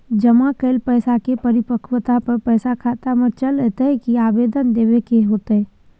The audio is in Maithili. जमा कैल पैसा के परिपक्वता पर पैसा खाता में चल अयतै की आवेदन देबे के होतै?